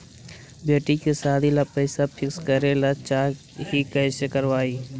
बेटि के सादी ल पैसा फिक्स करे ल चाह ही कैसे करबइ?